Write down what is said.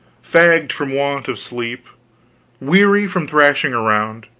fagged, from want of sleep weary from thrashing around,